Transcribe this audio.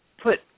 put